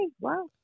Wow